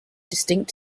distinct